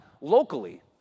locally